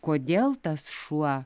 kodėl tas šuo